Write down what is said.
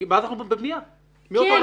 --- מאותו רגע -- רגע,